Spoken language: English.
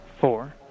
four